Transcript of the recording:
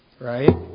right